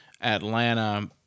Atlanta